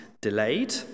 delayed